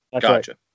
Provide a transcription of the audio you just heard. Gotcha